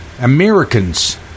Americans